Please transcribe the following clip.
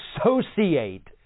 associate